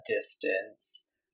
distance